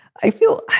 i feel,